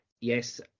Yes